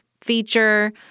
feature